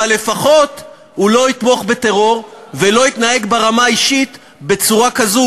אבל לפחות הוא לא יתמוך בטרור ולא יתנהג ברמה האישית בצורה כזו